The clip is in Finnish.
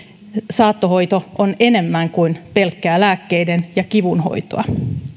saattohoito on enemmän kuin pelkkää lääkkeiden ja kivun hoitoa